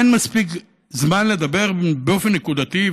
אין מספיק זמן לדבר באופן נקודתי,